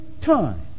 time